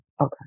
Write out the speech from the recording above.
Okay